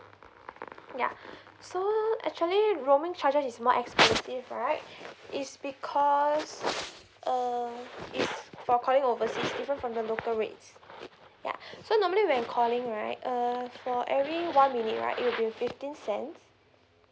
yeah so actually roaming charges is more expensive right it's because err it's for calling overseas different from the local rates yeah so normally when calling right err for every one minute right it will be a fifteen cents